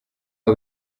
aho